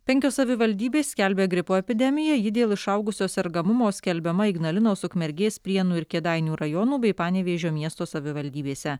penkios savivaldybės skelbia gripo epidemiją ji dėl išaugusio sergamumo skelbiama ignalinos ukmergės prienų ir kėdainių rajonų bei panevėžio miesto savivaldybėse